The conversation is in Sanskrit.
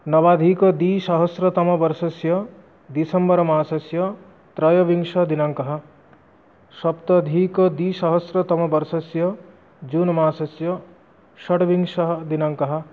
नवाधिकद्विसहस्रतमवर्षस्य दिसम्बर् मासस्य त्रयोविंशदिनाङ्कः सप्ताधिकद्विसहस्रतमवर्षस्य जून् मासस्य षड्विंशः दिनाङ्कः